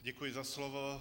Děkuji za slovo.